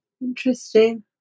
Interesting